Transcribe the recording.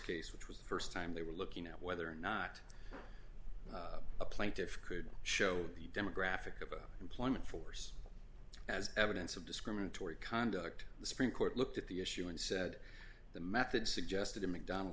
case which was the st time they were looking at whether or not the plaintiffs could show the demographic about employment force as evidence of discriminatory conduct the supreme court looked at the issue and said the method suggested a mcdon